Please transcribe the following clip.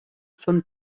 von